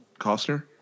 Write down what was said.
Costner